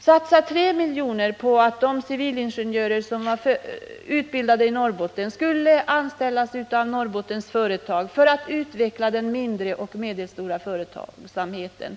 satsa 3 milj.kr. på att de civilingenjörer som var utbildade i Norrbotten skulle kunna anställas i Norrbottenföretag för att utveckla den mindre och medelstora företagsamheten.